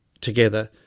together